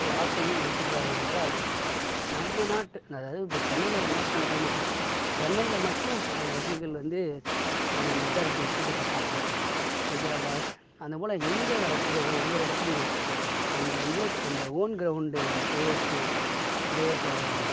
ஒரு ஆசையும் வைத்திருக்கிறார்கள் என்றால் நம்ம நாட்டு அதாவது இப்போ சென்னையில் ஒரு மேட்ச் நடக்குதுனா சென்னையில் மட்டும் அந்த ரசிகர்கள் வந்து அவங்க மெஜாரிட்டி கூட்டத்தை காட்டல ஹைதிராபாத் அந்த போல் எங்கே நடக்குதோ ஒவ்வொரு இடத்துலையும் அங்கே வந்து அந்த ஓன் க்ரவுண்டு ப்ளேயர்ஸு ப்ளேயர்ஸோடய